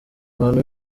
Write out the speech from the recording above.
bantu